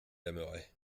aimerait